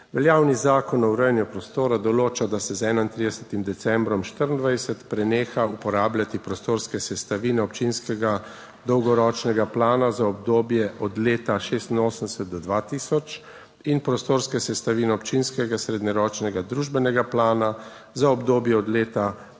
Veljavni Zakon o urejanju prostora določa, da se z 31. decembrom 2024 preneha uporabljati prostorske sestavine občinskega dolgoročnega plana za obdobje od leta 1986 do 2000 in prostorske sestavine občinskega srednjeročnega družbenega plana za obdobje od leta